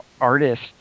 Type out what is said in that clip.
artist